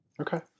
Okay